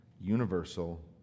universal